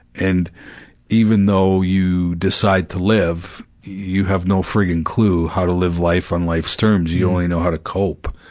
and even though you decide to live, you have no friggin clue how to live life on life's terms, you only know how to cope,